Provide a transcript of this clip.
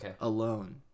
alone